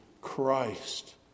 Christ